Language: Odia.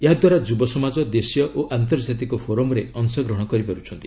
ଏହାଦ୍ୱାରା ଯୁବସମାଜ ଦେଶୀୟ ଓ ଆନ୍ତର୍ଜାତିକ ଫୋରମ୍ରେ ଅଂଶଗ୍ରହଣ କରିପାରୁଛନ୍ତି